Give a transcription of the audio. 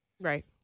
Right